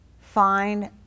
find